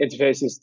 interfaces